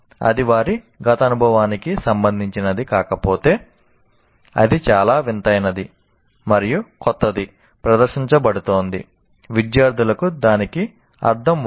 అది వారి గత అనుభవానికి సంబంధించినది కాకపోతే ఇది చాలా వింతైనది మరియు క్రొత్తది ప్రదర్శించబడుతోంది విద్యార్థులకు దానికి అర్థం ఉండదు